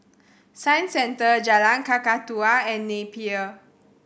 Science Centre Jalan Kakatua and Napier